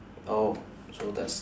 oh so that's